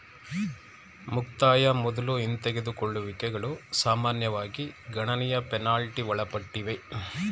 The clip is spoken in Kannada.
ಮುಕ್ತಾಯ ಮೊದ್ಲು ಹಿಂದೆಗೆದುಕೊಳ್ಳುವಿಕೆಗಳು ಸಾಮಾನ್ಯವಾಗಿ ಗಣನೀಯ ಪೆನಾಲ್ಟಿ ಒಳಪಟ್ಟಿವೆ